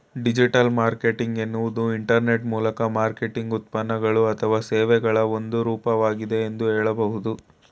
digital marketing ಎನ್ನುವುದು internet ಮೂಲಕ marketing ಉತ್ಪನ್ನಗಳು ಅಥವಾ ಸೇವೆಗಳ ಒಂದು ರೂಪವಾಗಿದೆ ಎಂದು ಹೇಳಬಹುದು